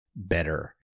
better